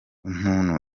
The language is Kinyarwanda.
umuntu